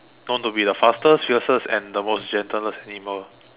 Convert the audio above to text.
known to be the fastest fiercest and the most gentlest animal